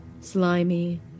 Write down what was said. Slimy